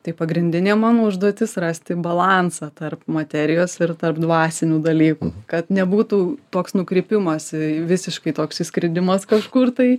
tai pagrindinė mano užduotis rasti balansą tarp materijos ir tarp dvasinių dalykų kad nebūtų toks nukrypimas visiškai toks išskridimas kažkur tai